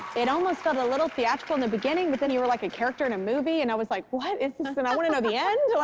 it almost got a little theatrical in the beginning, but then you were like a character in a movie, and i was like, what is this? and i want to know the end.